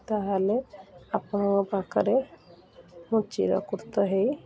ତା'ହେଲେ ଆପଣଙ୍କ ପାଖରେ ମୁଁ ଚିରୋପକୃତ ହୋଇ